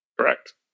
Correct